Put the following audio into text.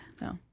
no